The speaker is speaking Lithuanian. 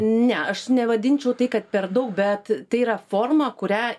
ne aš nevadinčiau tai kad per daug bet tai yra forma kurią